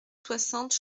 soixante